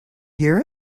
hear